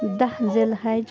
دَہ ذی الحجہ